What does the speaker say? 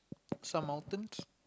some mountains